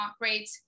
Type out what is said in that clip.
great